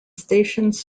stations